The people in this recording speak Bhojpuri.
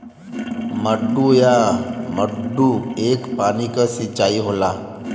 मड्डू या मड्डा एक पानी क सिंचाई होला